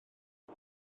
mae